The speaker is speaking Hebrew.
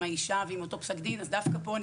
עם האישה ועם אותו פסק דין דווקא פה אני